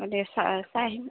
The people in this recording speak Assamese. অঁ দে চা চাই আহিম